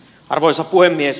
arvoisa puhemies